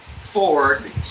Ford